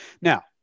Now